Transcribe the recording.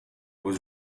was